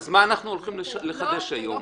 אז מה אנחנו הולכים לחדש היום?